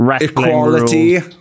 Equality